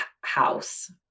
house